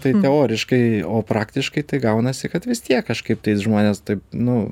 tai teoriškai o praktiškai tai gaunasi kad vis tiek kažkaip tais žmonės taip nu